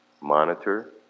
monitor